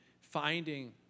finding